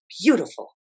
beautiful